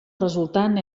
resultant